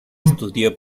estudió